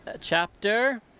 chapter